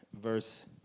verse